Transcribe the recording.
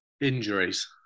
Injuries